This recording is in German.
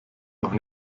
noch